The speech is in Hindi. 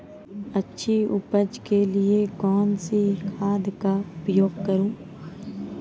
अच्छी उपज के लिए कौनसी खाद का उपयोग करूं?